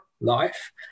life